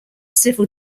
civil